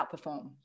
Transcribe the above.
outperform